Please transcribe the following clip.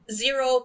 zero